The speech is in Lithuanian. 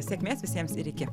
sėkmės visiems ir iki